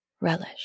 relish